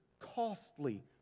costly